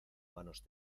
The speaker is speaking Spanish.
manos